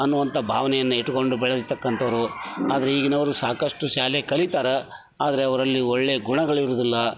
ಅನ್ನುವಂತ ಭಾವನೆಯನ್ನು ಇಟ್ಟುಕೊಂಡು ಬೆಳೆದಿರ್ತಕ್ಕಂತವ್ರು ಆದರೆ ಈಗಿನವರು ಸಾಕಷ್ಟು ಶಾಲೆ ಕಲಿತಾರೆ ಆದರೆ ಅವರಲ್ಲಿ ಒಳ್ಳೆ ಗುಣಗಳಿರೋದಿಲ್ಲ